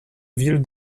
ville